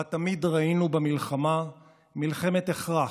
שתמיד ראינו במלחמה מלחמת הכרח,